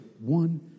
one